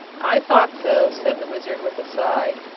i thought so, said the wizard, with a sigh.